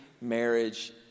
marriage